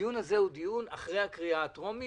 הדיון הזה הוא דיון אחרי הקריאה הטרומית.